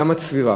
גם הצבירה.